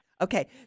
Okay